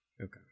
Okay